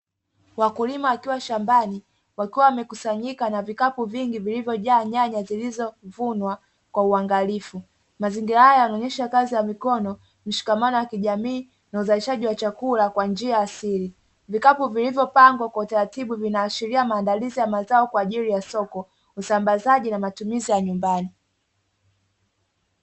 Wakulima wakiwa shambani wakiwa wamekusanyika na vikapu vingi vilivyojaa nyanya zilizovunwa kwa uangalifu. Mazingira haya yanaonyesha kazi ya mikono, mshikamano wa kijamii na uzalishaji wa chakula kwa njia ya asili, vikapu vilivyopangwa kwa utararibu vinaashiria maandalizi ya mazao kwa ajili ya soko usambazaji na matumizi ya nyumbani.